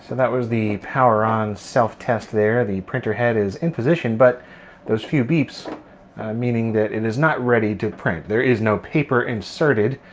that was the power-on self-test there. the printer head is in position but those few beeps meaning that it is not ready to print. there is no paper inserted.